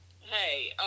hey